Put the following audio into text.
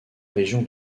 région